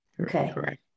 okay